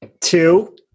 Two